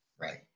Right